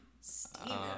Steven